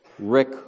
Rick